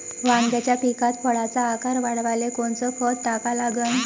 वांग्याच्या पिकात फळाचा आकार वाढवाले कोनचं खत टाका लागन?